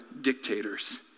dictators